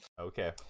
Okay